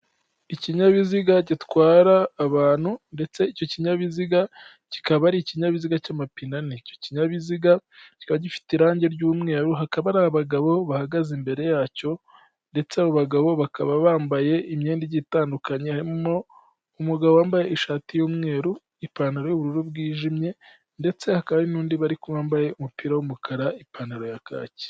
Ikinyabiziga gitwara abantu ndetse icyo kinyabiziga kikaba ari ikinyabiziga cy'amapine. Icyo kinyabiziga kiba gifite irangi ry'umweru hakaba hari abagabo bahagaze imbere yacyo, ndetse abo bagabo bakaba bambaye imyenda igiye itandukanye harimo umugabo wambaye ishati y'umweru, ipantaro y'ubururu bwijimye, ndetse hakaba n'undi wambaye umupira w'umukara ipantaro ya kaki.